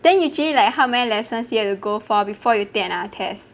then usually like how many lessons do you have to go for before you take another test